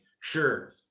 Sure